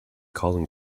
colin